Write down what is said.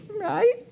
Right